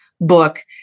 book